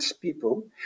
people